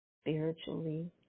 spiritually